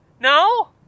no